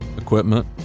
equipment